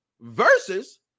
versus